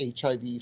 HIV